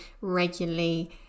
regularly